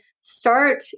Start